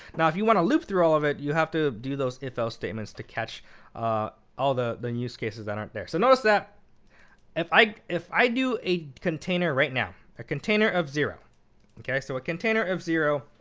now if you want to loop through all of it, you have to do those if else statements to catch all the the loose cases that aren't there. so notice that if i if i do a container right now, a container of zero so a container of zero